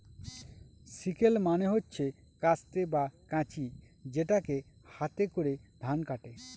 sickle মানে হচ্ছে কাস্তে বা কাঁচি যেটাকে হাতে করে ধান কাটে